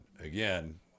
again